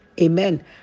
amen